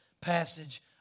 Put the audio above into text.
passage